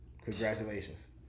congratulations